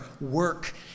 work